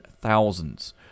thousands